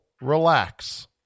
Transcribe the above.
relax